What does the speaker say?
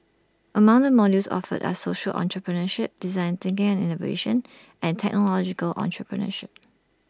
among the modules offered are social entrepreneurship design thinking and innovation and technological entrepreneurship